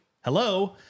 Hello